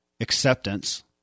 acceptance